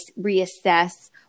reassess